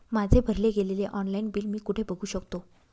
माझे भरले गेलेले ऑनलाईन बिल मी कुठे बघू शकतो?